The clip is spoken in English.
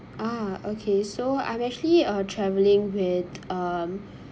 ah okay so I'm actually uh traveling with um